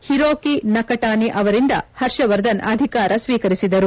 Hiroki Nakatani ಅವರಿಂದ ಹರ್ಷವರ್ಧನ್ ಅಧಿಕಾರ ಸ್ನೀಕರಿಸಿದರು